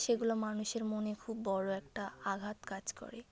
সেগুলো মানুষের মনে খুব বড়ো একটা আঘাত কাজ করে